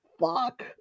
fuck